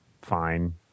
fine